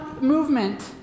movement